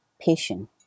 patient